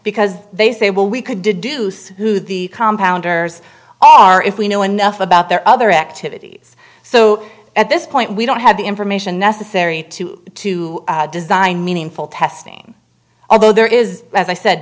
because they say well we could deduce who the compound r s are if we know enough about their other activities so at this point we don't have the information necessary to design meaningful testing although there is as i said